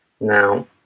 Now